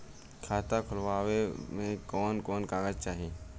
खाता खोलवावे में कवन कवन कागज चाही?